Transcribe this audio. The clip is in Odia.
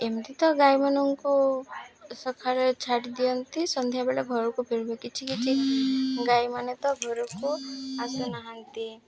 ଏମିତି ତ ଗାଈମାନଙ୍କୁ ସକାଳେ ଛାଡ଼ି ଦିଅନ୍ତି ସନ୍ଧ୍ୟାବେଳେ ଘରକୁ ଫେରିବେ କିଛି କିଛି ଗାଈମାନେ ତ ଘରକୁ ଆସୁନାହାନ୍ତି